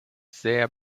sehr